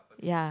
ya